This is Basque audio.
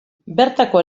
bertako